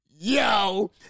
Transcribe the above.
yo